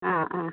ആ ആ